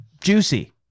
juicy